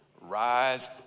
Rise